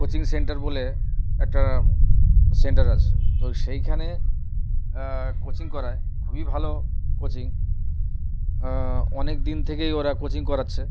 coaching centre বলে একটা centre আছে তো সেইখানে কোচিং করায় খুবই ভালো কোচিং অনেক দিন থেকেই ওরা কোচিং করাচ্ছে